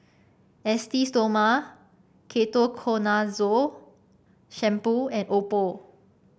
Esteem Stoma Ketoconazole Shampoo and Oppo